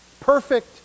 Perfect